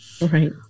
Right